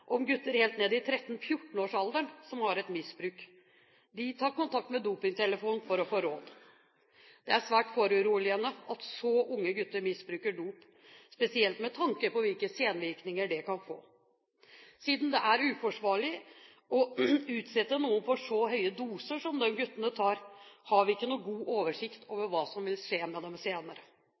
om gutter helt ned i 13–14-årsalderen som har et misbruk. De tar kontakt med dopingtelefonen for å få råd. Det er svært foruroligende at så unge gutter bruker dop, spesielt med tanke på hvilke senvirkninger det kan få. Siden det er uforsvarlig å utsette noen for så høye doser som disse guttene tar, har vi ikke noen god oversikt over hva som vil skje med dem senere.